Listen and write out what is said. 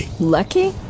Lucky